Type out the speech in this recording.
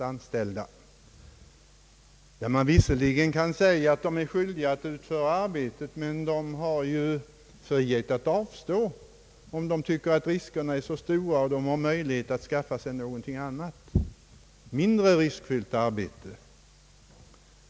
I sådana fall kan man visserligen säga att personalen är skyldig att utföra arbetet men ändå har frihet att avstå om man anser att riskerna är för stora och dessutom har möjligheter att skaffa sig ett mindre riskfyllt arbete.